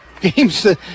games